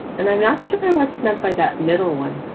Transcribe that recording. and i'm not sure and what's meant by that middle one,